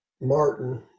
Martin